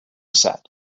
said